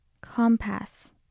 Compass